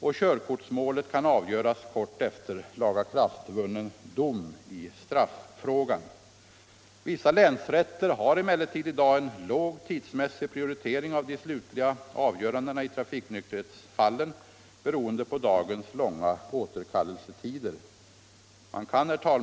och körkortsmålet kan avgöras kort efter lagakraftvunnen dom i straffrågan. Vissa länsrätter har emellertid i dag en låg tidsmässig prioritering av de slutliga avgörandena i trafiknykterhetsfallen, beroende på dagens långa återkallelsetider.